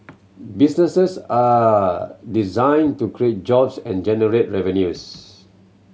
businesses are designed to create jobs and generate revenues